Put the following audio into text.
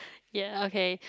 ya okay